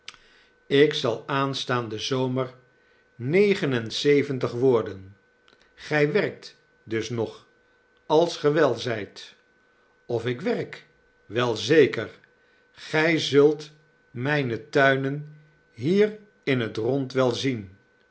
ik zal aanstaanden zomer negen en zeventig worden gij werkt dus nog als ge wel zijt of ik werk wel zeker gij zult mijne tuinen hier in het rond wel zien